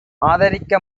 ஆதரிக்க